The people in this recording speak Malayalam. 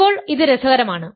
ഇപ്പോൾ ഇത് രസകരമാണ്